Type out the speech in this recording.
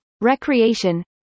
Recreation